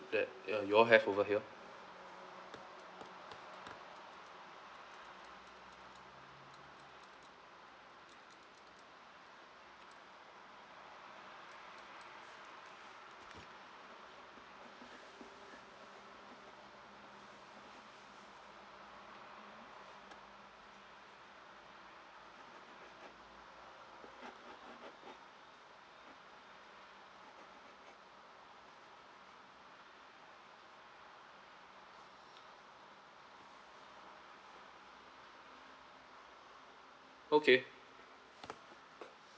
that you all have over here okay